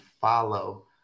follow